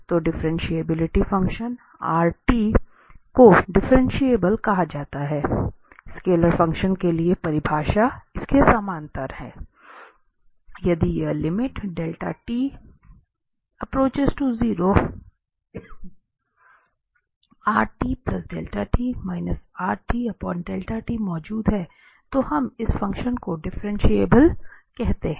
तो differentiability function को differentiable कहा जाता है स्केलर फंक्शन के लिए परिभाषा इसके समांतर है यदि यह मौजूद है तो हम इस फ़ंक्शन को डिफ्रेंटिएबले कहते है